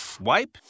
wipe